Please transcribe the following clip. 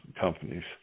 companies